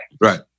Right